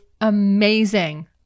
amazing